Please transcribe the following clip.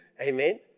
Amen